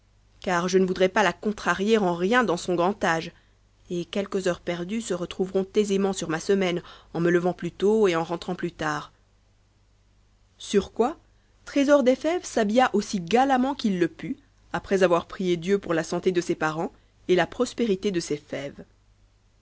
car je ne voudrais pas la contrarier en rien dans son grand âge et quelques heures perdues se retrouveront aisément sur ma semaine en me levant plus tôt et rentrant plus tard sur quoi trésor des fèves s'habilla aussi galamment qu'il le put après avoir prié dieu pour la santé de ses parents et la prospérité de ses fèves